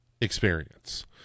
experience